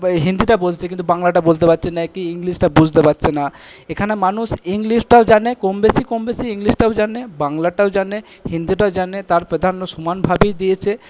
বা হিন্দিটা বলছে কিন্তু বাংলাটা বলতে পারছে না কি ইংলিশটা বুঝতে পারছে না এখানে মানুষ ইংলিশটাও জানে কম বেশি কম বেশি ইংলিশটাও জানে বাংলাটাও জানে হিন্দিটাও জানে তার প্রাধান্য সমানভাবেই দিয়েছে